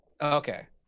okay